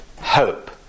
hope